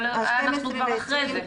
אבל אנחנו כבר אחרי זה.